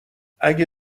اگه